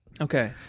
Okay